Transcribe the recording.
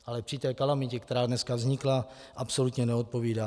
Ale při té kalamitě, která dneska vznikla, absolutně neodpovídá.